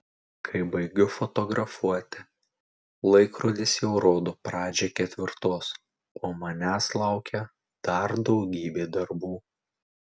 kai baigiu fotografuoti laikrodis jau rodo pradžią ketvirtos o manęs laukia dar daugybė darbų